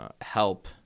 help